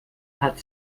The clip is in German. hat